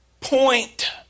point